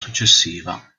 successiva